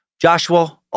Joshua